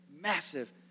massive